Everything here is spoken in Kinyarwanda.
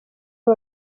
uyu